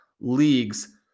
leagues